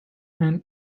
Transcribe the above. and